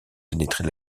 pénétrer